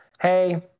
hey